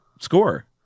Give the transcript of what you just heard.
score